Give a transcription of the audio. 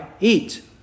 eat